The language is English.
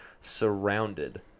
surrounded